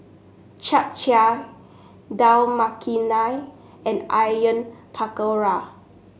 Japchae Dal Makhani and Onion Pakora